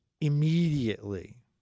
immediately